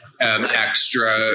extra